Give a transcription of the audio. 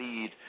lead